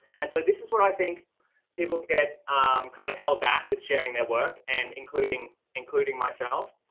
and so this is what i think people get kind of held back with sharing their work and including, including myself,